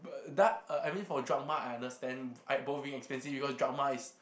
but dark uh I mean for Dragma I understand I both being expensive because Dragma is